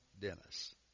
Dennis